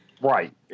Right